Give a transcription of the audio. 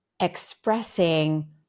expressing